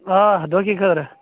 آ دۄہ کہِ خٲطرٕ